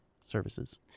services